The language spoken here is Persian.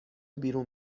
بیرون